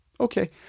okay